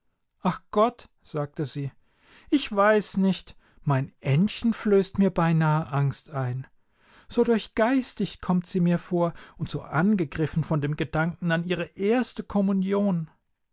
ach gott sagte sie ich weiß nicht mein ännchen flößt mir beinahe angst ein so durchgeistigt kommt sie mir vor und so angegriffen von dem gedanken an ihre erste kommunion